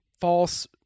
false